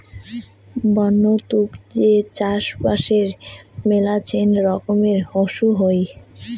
বন্য তুক যে চাষবাসে মেলাছেন রকমের ইস্যু হই